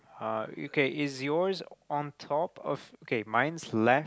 ah okay is yours on top of okay mine's left